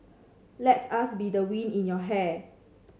let us be the wind in your hair